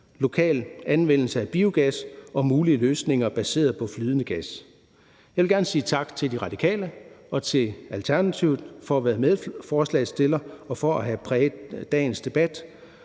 lokal anvendelse af biogas og mulige løsninger baseret på flydende gas. Jeg vil gerne sige tak til De Radikale og til Alternativet for at være medforslagsstillere og for at have præget dagens debat.